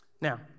Now